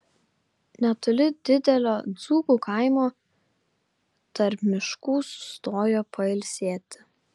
netoli didelio dzūkų kaimo tarp miškų sustojo pailsėti